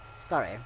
Sorry